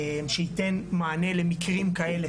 שייתן מענה למקרים כאלה,